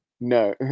No